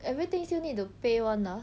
everything still need to pay [one] lah